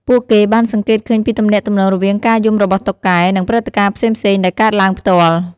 ពួកគេបានសង្កេតឃើញពីទំនាក់ទំនងរវាងការយំរបស់តុកែ និងព្រឹត្តិការណ៍ផ្សេងៗដែលកើតឡើងផ្ទាល់។